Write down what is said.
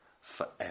forever